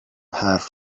حرف